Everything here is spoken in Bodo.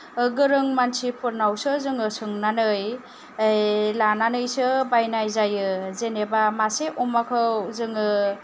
गोरों मानसिफोरनावसो जोङो सोंनानै लानानैसो बायनाय जायो जेनेबा मासे अमाखौ जोङो